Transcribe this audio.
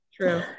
True